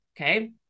Okay